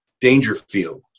Dangerfield